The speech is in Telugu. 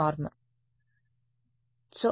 విద్యార్థి 2 నార్మ్